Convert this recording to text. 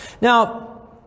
Now